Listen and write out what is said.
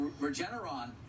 Regeneron